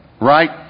right